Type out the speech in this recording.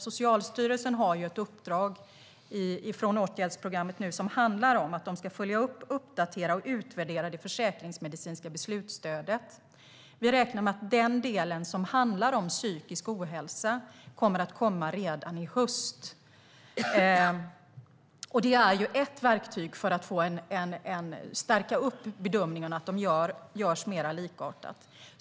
Socialstyrelsen har nu ett uppdrag från åtgärdsprogrammet som handlar om att de ska följa upp, uppdatera och utvärdera det försäkringsmedicinska beslutsstödet. Vi räknar med att den del som handlar om psykisk ohälsa kommer att komma redan i höst. Det är ett verktyg för att stärka bedömningarna - att de görs mer likartat.